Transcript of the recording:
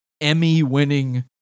Emmy-winning